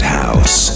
house